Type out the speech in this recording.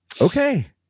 Okay